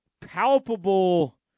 palpable